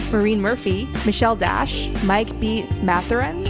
marine murphy, michelle dash, mike beat matheran.